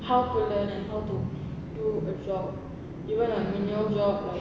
how to learn and how to do a job even a menial job like